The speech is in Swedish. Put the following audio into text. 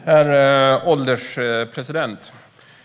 Herr ålderspresident!